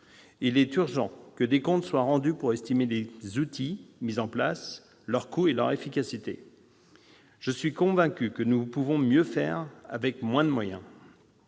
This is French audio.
Il est urgent que des comptes soient rendus pour estimer les outils mis en place, leur coût et leur efficacité. Je suis convaincu que nous pouvons mieux faire, avec moins de moyens.